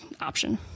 option